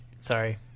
sorry